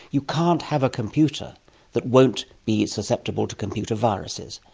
you can't have a computer that won't be susceptible to computer viruses.